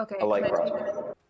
Okay